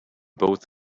both